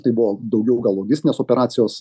tai buvo daugiau gal logistinės operacijos